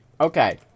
Okay